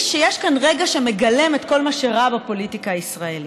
שיש כאן רגע שמגלם את כל מה שרע בפוליטיקה הישראלית.